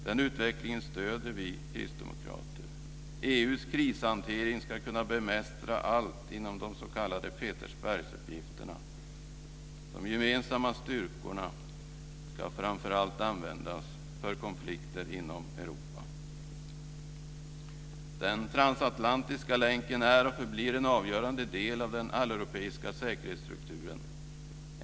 Den utvecklingen stöder vi kristdemokrater. EU:s krishantering ska kunna bemästra allt inom de s.k. Petersbergsuppgifterna. De gemensamma styrkorna ska framför allt användas för konflikter inom Den transatlantiska länken är och förblir en avgörande del av den alleuropeiska säkerhetsstrukturen.